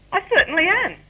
i certainly am.